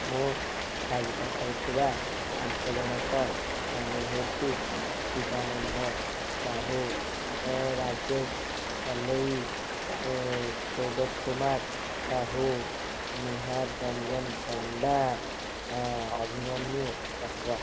ମୁଁ ଚାରି ପାଖରେ ଥିବା ପାଞ୍ଚ ଜଣଙ୍କ ନାମ ହେଉଛି ଶିବାନନ୍ଦ ସାହୁ ରାଜେଶ ପଲେଇ ସୁଗତ କୁମାର ସାହୁ ନିହାର ରଞ୍ଜନ ପଣ୍ଡା ଅଭିମନ୍ୟୁ ଚକ୍ର